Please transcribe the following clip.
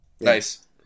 Nice